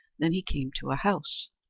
then he came to a house.